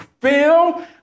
feel